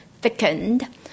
thickened